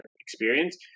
experience